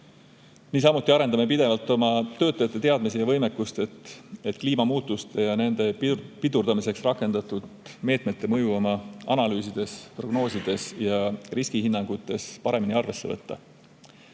Niisamuti arendame pidevalt oma töötajate teadmisi ja võimekust, et kliimamuutuste ja nende pidurdamiseks rakendatud meetmete mõju oma analüüsides, prognoosides ja riskihinnangutes paremini arvesse võtta.